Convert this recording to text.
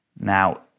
Now